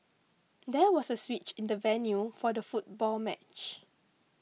there was a switch in the venue for the football match